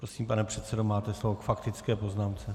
Prosím, pane předsedo, máte slovo k faktické poznámce.